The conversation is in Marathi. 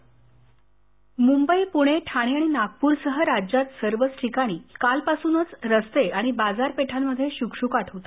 स्क्रिप्ट मुंबई पूणे ठाणे आणि नागपूरसह राज्यात सर्वच ठिकाणी कालपासूनच रस्ते आणि बाजारपेठामध्ये शुकशुकाट होता